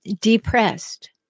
depressed